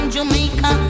Jamaica